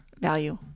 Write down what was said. value